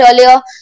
earlier